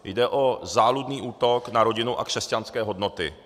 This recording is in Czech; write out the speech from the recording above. Jde o záludný útok na rodinu a křesťanské hodnoty.